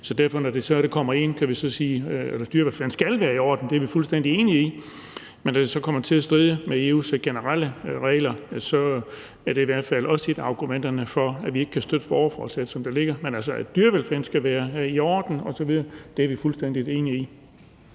være i orden. Det er den ikke. Men vi kan sige, at dyrevelfærden skal være i orden. Det er vi fuldstændig enige i. Men når det så kommer til at stride imod EU's generelle regler, er det i hvert fald også et af argumenterne for, at vi ikke kan støtte borgerforslaget, som det ligger. Men vi er fuldstændig enige i,